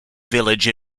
village